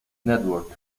network